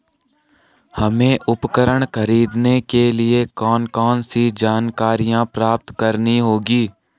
हमें उपकरण खरीदने के लिए कौन कौन सी जानकारियां प्राप्त करनी होगी?